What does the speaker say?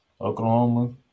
Oklahoma